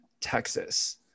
Texas